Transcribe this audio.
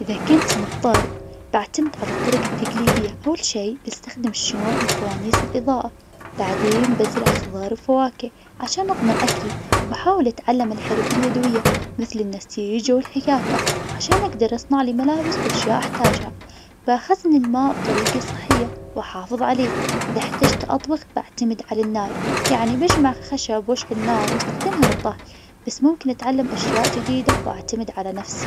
إذا كنت مضطر أعتمد على الطرق التقليدية, أول شي بستخدم الشموع والفوانيس الإضاءة, بعدين بزرع خضار فواكه, عشان أضمن أكلي, بحاول أتعلم الحرف اليدوية, مثل, النسيج والحياكة, عشان أقدر أصنع لي ملابس وأشياء أحتاجها, بخزن الماء بطريقة صحية واحافظ عليه, إذا احتجت أطبخ بعتمد على النار, يعني بجمع خشب واشعل نار, واستخدمها للطهي, بس ممكن اتعلم أشياء جديدة, واعتمد على نفسي.